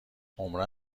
عمرا